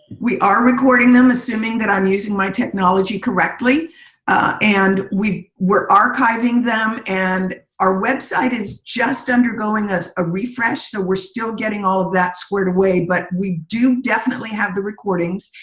we are recording them assuming that i'm using my technology correctly and we we're archiving them. and our web site is just undergoing a ah refresh, so we're still getting all of that scored away, but we do definitely have the recordings.